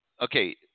Okay